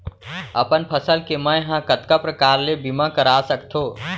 अपन फसल के मै ह कतका प्रकार ले बीमा करा सकथो?